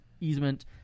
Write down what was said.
easement